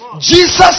Jesus